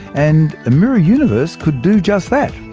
and a mirror universe could do just that.